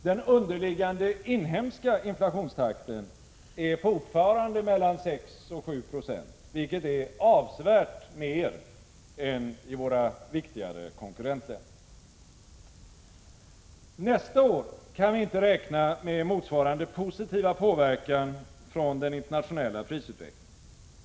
Den underliggande inhemska inflationstakten är fortfarande mellan 6 och 7 26, vilket är avsevärt mer än i våra viktigare konkurrentländer. Nästa år kan vi inte räkna med motsvarande positiva påverkan från den internationella prisutvecklingen.